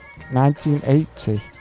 1980